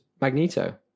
Magneto